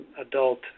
adult